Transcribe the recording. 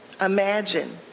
imagine